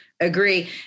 agree